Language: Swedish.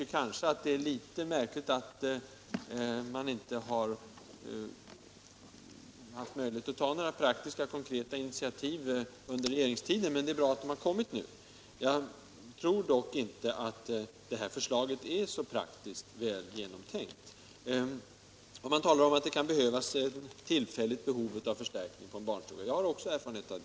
Men jag tycker det är litet märkligt att man inte under regeringstiden har haft möjligheter att ta några konkreta, praktiska initiativ. Det är givetvis bra att så har skett nu. Men jag tror inte att det här förslaget är så praktiskt väl genomtänkt. Man talar om att det kan uppstå tillfälligt behov av förstärkning på en barnstuga. Det har jag också erfarenhet av.